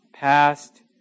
Past